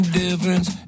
difference